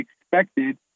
expected